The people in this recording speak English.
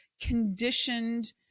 conditioned